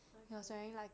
okay